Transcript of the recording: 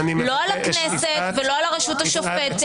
לא על הכנסת ולא על הרשות השופטת.